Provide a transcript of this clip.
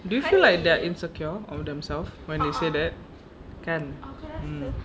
do you feel like they are insecure of themselves when they say that kan um